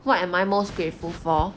what am I most grateful for